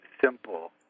simple